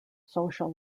social